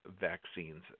vaccines